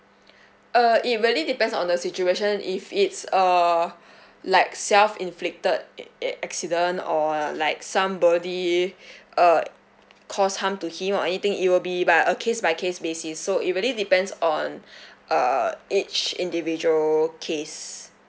uh it really depends on the situation if it's a like self inflicted ac~ ac~ accident or like somebody uh cause harm to him or anything it will be by a case by case basis so it really depends on err each individual case